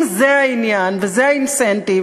אם זה העניין וזה האינסנטיב,